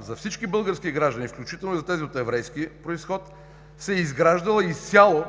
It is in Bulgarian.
за всички български граждани, включително и за тези от еврейски произход, се е изграждала изцяло